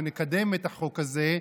כשנקדם את החוק הזה,